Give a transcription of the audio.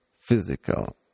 physical